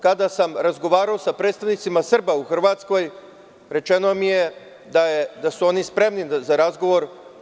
Kada sam razgovarao sa predstavnicima Srba u Hrvatskoj rečeno mi je da su oni spremni za razgovor.